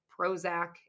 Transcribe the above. Prozac